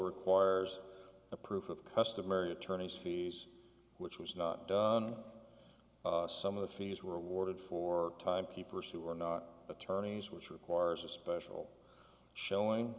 requires a proof of customary attorney's fees which was not done some of the fees were awarded for time keepers who were not attorneys which requires a special showing